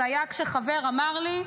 זה היה כשחבר אמר לי: